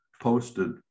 posted